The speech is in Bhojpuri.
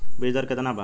बीज दर केतना वा?